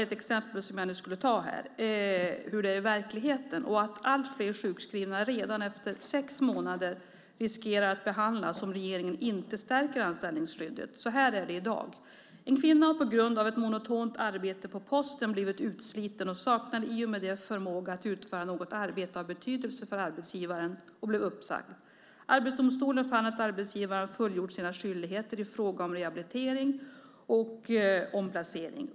Jag vill ta ett exempel på hur det är i verkligheten och på hur alltfler sjukskrivna riskerar att behandlas redan efter sex månader om regeringen inte stärker anställningsskyddet. Så här är det i dag. En kvinna har på grund av ett monotont arbete på posten blivit utsliten och saknar i och med det förmåga att utföra något arbete av betydelse för arbetsgivaren och blir uppsagd. Arbetsdomstolen fann att arbetsgivaren hade fullgjort sina skyldigheter i fråga om rehabilitering och omplacering.